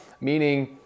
meaning